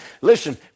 Listen